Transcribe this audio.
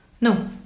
No